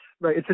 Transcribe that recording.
right